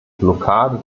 blockade